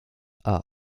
are